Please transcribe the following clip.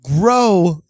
grow